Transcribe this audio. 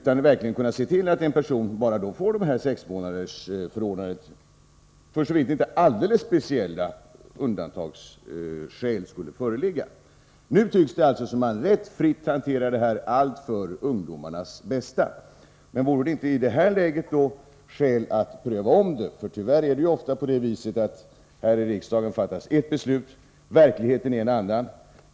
Avsikten är att en person verkligen bara skall få ett sexmånadersförordnande, för så vitt inte alldeles speciella undantagsskäl skulle föreligga. Nu tycks det alltså som om man hanterar det här rätt fritt, allt för ungdomarnas bästa. Vore det inte i detta läge skäl att ompröva saken? Tyvärr är det ju ofta på det viset att det här i riksdagen fattas ett beslut men verkligheten är en annan.